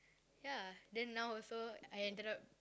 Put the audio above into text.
ya then now also I ended up